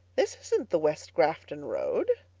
this isn't the west grafton road.